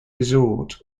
resort